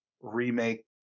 remake